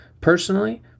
personally